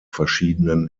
verschiedenen